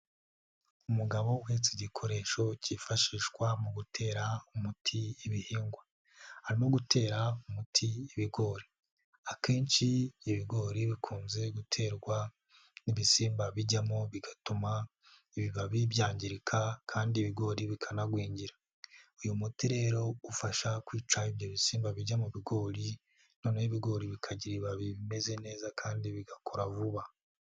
Umugabo uhetse igikoresho cyifashishwa mu gutera umuti ibihingwa. Arimo gutera umuti ibigori. Akenshi ibigori bikunze guterwa n'ibisimba bijyamo bigatuma ibibabi byangirika kandi ibigori bikanagwingira. Uyu muti rero ufasha kwica ibyo bisimba bijya mu bigori noneho ibigori bikagira ibibabi bimeze neza kandi bigakura vuba.